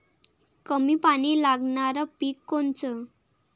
कमी पानी लागनारं पिक कोनचं?